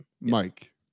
Mike